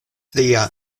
lia